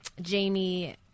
Jamie